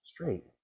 straight